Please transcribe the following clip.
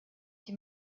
die